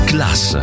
Class